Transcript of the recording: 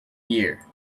year